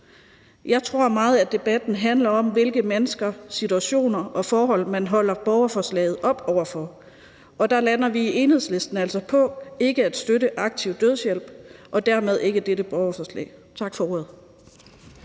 Jeg tror meget, at debatten handler om, hvilke mennesker, situationer og forhold man holder borgerforslaget op over for, og der lander vi i Enhedslisten altså på ikke at støtte aktiv dødshjælp og dermed ikke dette borgerforslag. Tak for ordet.